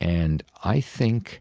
and i think